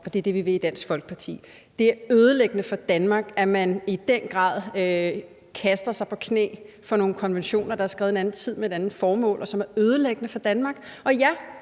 og det er det, vi vil i Dansk Folkeparti. Det er ødelæggende for Danmark, at man i den grad kaster sig på knæ for nogle konventioner, der er skrevet i en anden tid og med et andet formål. Og ja, vi står i Dansk